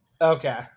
Okay